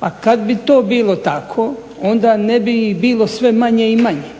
Pa kad bi to bilo tako onda ne bi ih bilo sve manje i manje.